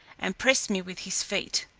and pressed me with his feet.